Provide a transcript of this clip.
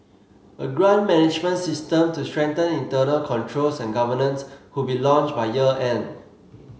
a grant management system to strengthen internal controls and governance would be launched by year end